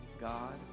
God